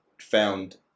found